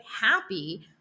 happy